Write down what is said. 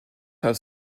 have